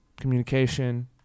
communication